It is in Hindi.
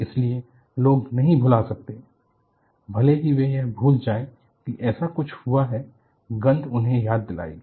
इसलिए लोग नहीं भुला सकते भले ही वे यह भूल जाएं कि ऐसा कुछ हुआ है गंध उन्हें याद दिलाएगी